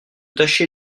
tâcher